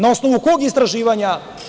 Na osnovu kog istraživanja?